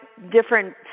different